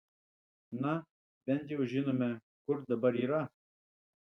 na bent jau žinome kur dabar yra